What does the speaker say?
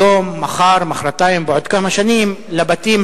היום, מחר, מחרתיים, בעוד כמה שנים, לבתים